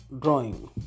drawing